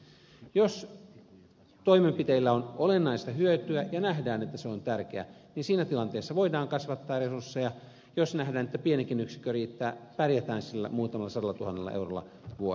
jos toimenpiteistä on olennaista hyötyä ja nähdään että se instituutio on tärkeä niin siinä tilanteessa voidaan kasvattaa resursseja jos nähdään että pienikin yksikkö riittää pärjätään sillä muutamalla sadalla tuhannella eurolla vuodessa